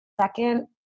second